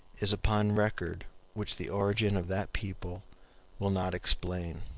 is upon record which the origin of that people will not explain.